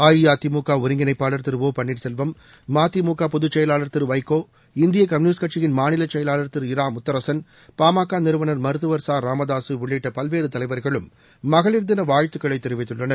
அஇஅதிமுக ஒருங்கிணைப்பாளர் திரு ஒ பன்னீர்செல்வம் மதிமுக பொதுச் செயலாளர் திரு வைகோ இந்திய கம்யூனிஸ்ட் கட்சியின் மாநிலச் செயலாளர் திரு இரா முத்தரசன் பாமக நிறுவனர் மருத்துவர் ச ராமதாக உள்ளிட்ட பல்வேறு தலைவர்களும் மகளிர் தின வாழ்த்துக்களை தெரிவித்துள்ளனர்